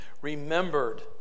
remembered